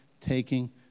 taking